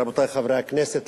רבותי חברי הכנסת,